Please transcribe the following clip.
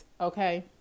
Okay